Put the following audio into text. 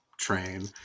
train